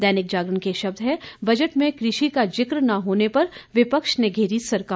दैनिक जागरण के शब्द हैं बजट में कृषि का जिक न होने पर विपक्ष ने घेरी सरकार